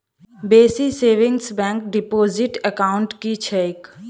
Basic savings bank deposit account की छैक?